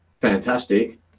Fantastic